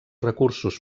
recursos